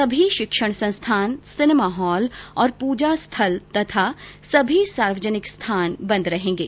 सभी शिक्षण संस्थान सिनेमा हॉल और पूजा स्थल और सभी सार्वजनिक स्थान बंद रहेंगे